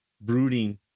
brooding